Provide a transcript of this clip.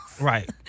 Right